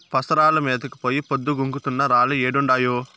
పసరాలు మేతకు పోయి పొద్దు గుంకుతున్నా రాలే ఏడుండాయో